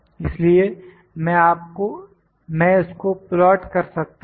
इसलिए मैं इसको प्लॉट कर सकता हूं